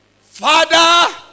Father